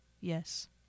Yes